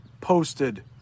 posted